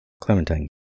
Clementine